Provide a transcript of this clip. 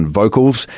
vocals